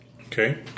Okay